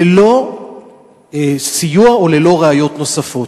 ללא סיוע וללא ראיות נוספות.